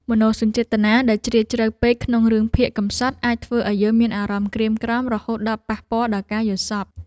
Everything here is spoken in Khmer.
មនោសញ្ចេតនាដែលជ្រាលជ្រៅពេកក្នុងរឿងភាគកម្សត់អាចធ្វើឱ្យយើងមានអារម្មណ៍ក្រៀមក្រំរហូតដល់ប៉ះពាល់ដល់ការយល់សប្តិ។